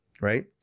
Right